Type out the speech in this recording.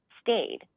stayed